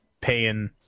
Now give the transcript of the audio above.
paying